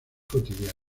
cotidiana